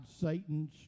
Satan's